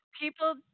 people